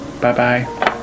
bye-bye